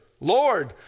Lord